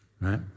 right